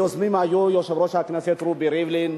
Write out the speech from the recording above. היוזמים היו יושב-ראש הכנסת רובי ריבלין